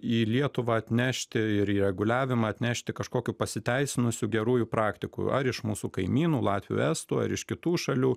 į lietuvą atnešti reguliavimą atnešti kažkokių pasiteisinusių gerųjų praktikų ar iš mūsų kaimynų latvių estų ar iš kitų šalių